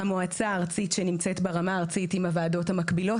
המועצה הארצית שנמצאת ברמה ארצית עם הוועדות המקבילות